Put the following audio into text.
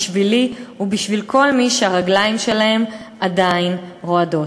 בשבילי ובשביל כל מי שהרגליים שלהם עדיין רועדות.